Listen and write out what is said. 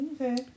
Okay